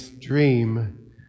dream